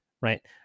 right